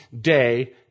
day